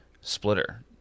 splitter